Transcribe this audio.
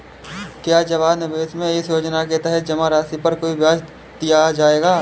क्या जमा निवेश में इस योजना के तहत जमा राशि पर कोई ब्याज दिया जाएगा?